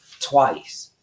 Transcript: twice